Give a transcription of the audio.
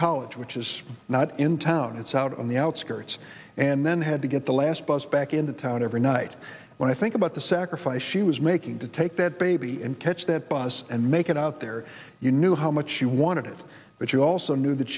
college which is not in town it's out on the outskirts and then had to get the last bus back into town every night when i think about the sacrifice she was making to take that baby and catch that bus and make it out there you knew how much she wanted it but you also knew that